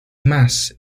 mass